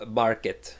market